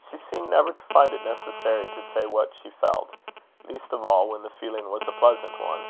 she seemed never to find it necessary to say what she felt least of all when the feeling was a pleasant one